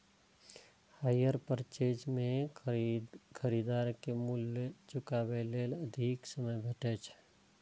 hire purchase मे खरीदार कें मूल्य चुकाबै लेल अधिक समय भेटै छै